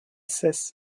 cesse